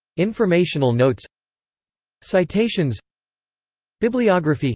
informational notes citations bibliography